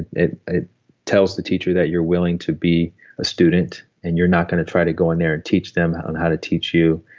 it it tells the teacher that you're willing to be a student, and you're not going to try to go in there and teach them how and how to teach you.